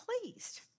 pleased